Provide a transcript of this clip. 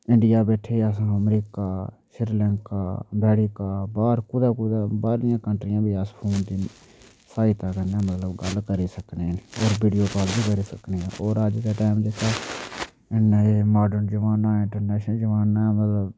India बैठे अस America Sri Lanka America बाह्र कुदै कुदै बाह्रलियें कंट्रियें बी अस फोन दी सहायता कन्नै मतलब गल्ल करी सकने न होर वीडियो कॉल बी करी सकने न होर अज्ज दै टैम जेह्का इ'न्ना एह् मॉर्डन जमाना इंटरनेशनल जमाना मतलब